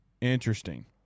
Interesting